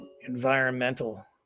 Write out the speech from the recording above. environmental